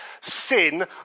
sin